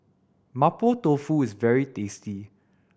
Mapo Tofu is very tasty